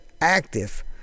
active